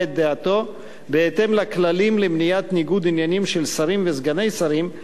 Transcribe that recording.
את דעתו בהתאם לכללים למניעת ניגוד עניינים של שרים וסגני שרים,